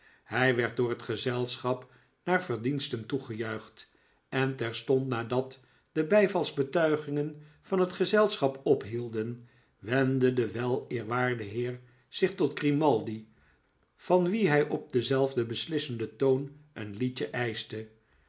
hij werd door het gezelschap naar verdiensten toegejuicht en terstond nadat de bijvalsbetuigingen van het gezelschap ophielden wendde de weleerwaarde heer zich tot grimaldi van wien hij op denzelfden beslissenden toon een liedje eischte